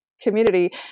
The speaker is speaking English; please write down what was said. community